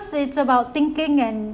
it's about thinking and